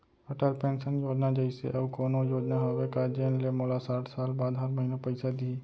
Atal pension योजना जइसे अऊ कोनो योजना हावे का जेन ले मोला साठ साल बाद हर महीना पइसा दिही?